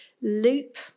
Loop